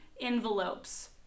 envelopes